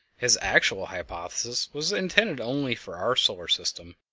his actual hypothesis was intended only for our solar system,